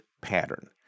pattern